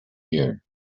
year